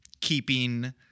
keeping